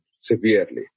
severely